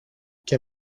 και